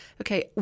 Okay